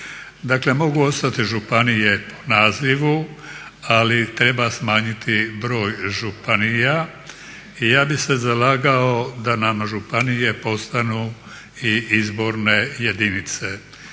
Dakle, mogu ostati županije u nazivu ali treba smanjiti broj županija. I ja bih se zalagao da nam županije postanu i izborne jedinice.